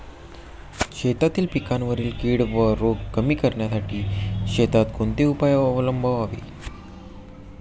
शेतातील पिकांवरील कीड व रोग कमी करण्यासाठी शेतात कोणते उपाय अवलंबावे?